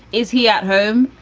is he at home?